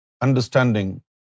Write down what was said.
understanding